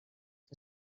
que